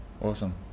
awesome